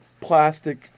Plastic